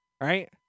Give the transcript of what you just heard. right